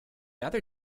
other